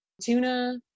tuna